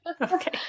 Okay